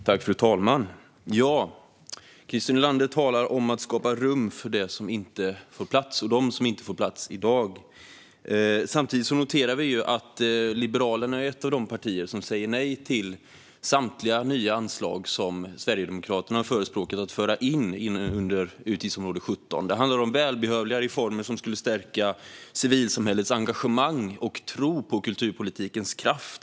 Fru talman! Christer Nylander talar om att skapa rum för det och dem som inte får plats i dag. Samtidigt noterar vi att Liberalerna är ett av de partier som säger nej till samtliga nya anslag som Sverigedemokraterna förespråkat ska föras in under utgiftsområde 17. Det handlar om välbehövliga reformer som skulle stärka civilsamhällets engagemang och tro på kulturpolitikens kraft.